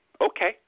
Okay